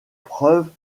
preuves